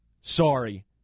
Sorry